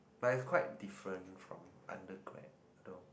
but is quite different from undergrad though